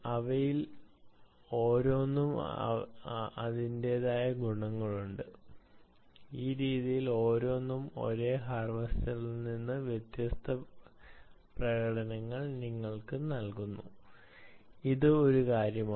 അവയിൽ ഓരോന്നിനും അവരുടേതായ ഗുണങ്ങളുണ്ട് ഈ രീതികൾ ഓരോന്നും ഒരേ ഹാർവെസ്റ്ററിൽ നിന്ന് വ്യത്യസ്ത പ്രകടനങ്ങൾ നിങ്ങൾക്ക് നൽകുന്നു ഇത് ഒരു കാര്യമാണ്